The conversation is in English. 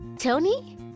Tony